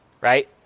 Right